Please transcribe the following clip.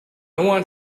want